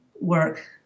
work